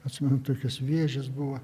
atsimenu tokios vėžės buvo